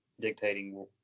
dictating